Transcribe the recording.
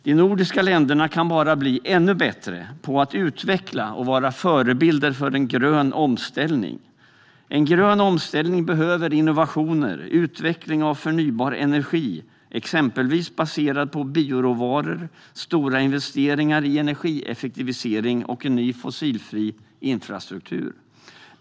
De nordiska länderna kan bara bli ännu bättre på att utveckla och vara förebilder för en grön omställning. En grön omställning behöver innovationer, utveckling av förnybar energi baserad på till exempel bioråvaror, stora investeringar i energieffektivisering och en ny fossilfri infrastruktur.